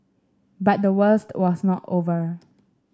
but the worst was not over